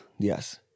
Yes